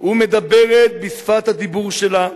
ומדברת בשפת הדיבור שלה,